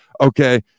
okay